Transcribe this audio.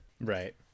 Right